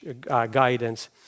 guidance